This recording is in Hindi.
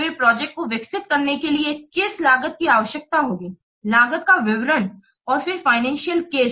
फिर प्रोजेक्ट को विकसित करने के लिए किस लागत की आवश्यकता होगी लागत का विवरण और फिर फाइनेंसियल केस